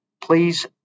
Please